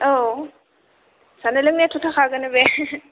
औ जानाय लोंनायाथ' थाखागोन बे